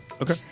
Okay